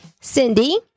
Cindy